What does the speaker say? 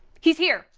he's here,